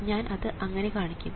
അതിനാൽ ഞാൻ അത് അങ്ങനെ കാണിക്കും